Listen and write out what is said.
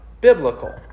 Biblical